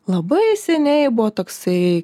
labai seniai buvo toksai